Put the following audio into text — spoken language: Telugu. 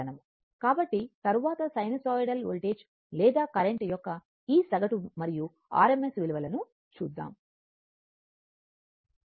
కాబట్టి తర్వాత సైనోసోయిడల్ వోల్టేజ్ లేదా కరెంట్ యొక్క ఈ సగటు మరియు RMS విలువలను చూద్దాము